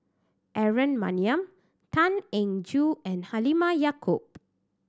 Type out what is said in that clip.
Aaron Maniam Tan Eng Joo and Halimah Yacob